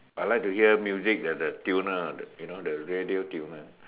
I like to hear music the the tuner ah the you know the radio tuner